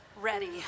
ready